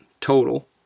total